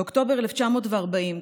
באוקטובר 1940,